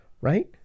Right